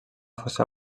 força